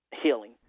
healing